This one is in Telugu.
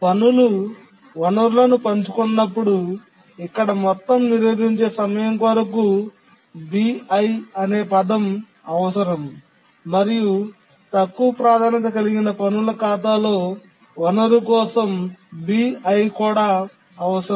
పనులు వనరులను పంచుకున్నప్పుడు ఇక్కడ మొత్తం నిరోధించే సమయం కొరకు bi అనే పదం అవసరం మరియు తక్కువ ప్రాధాన్యత కలిగిన పనుల ఖాతాలో వనరు కోసం bi కూడా అవసరం